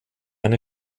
eine